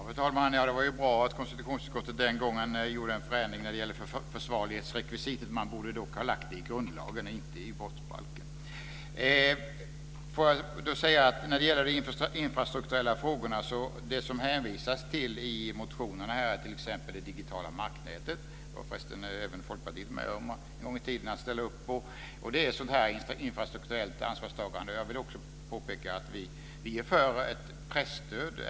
Fru talman! Det var ju bra att konstitutionsutskottet den gången gjorde en förändring när det gällde försvarlighetsrekvisitet. Man borde dock ha lagt det i grundlagen - inte i brottsbalken. När det gäller de infrastrukturella frågorna vill jag säga att det som det hänvisas till i motionerna här, t.ex. det digitala marknätet som förresten även Folkpartiet en gång i tiden ställde upp på, är sådant här infrastrukturellt ansvarstagande. Jag vill också påpeka att vi är för ett presstöd.